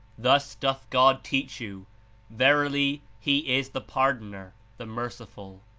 thus doth god teach you verily, he is the pardoner, the merci ful!